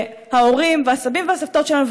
עם ההורים והסבים והסבתות שלנו,